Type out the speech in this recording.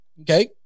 Okay